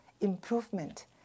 improvement